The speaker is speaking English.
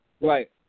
Right